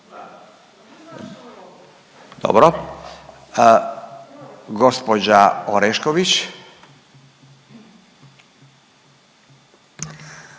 Dobro. Gospođa Orešković.